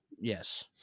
Yes